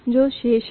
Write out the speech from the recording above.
जो शेष है